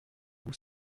goût